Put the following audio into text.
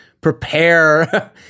prepare